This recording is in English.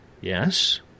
yes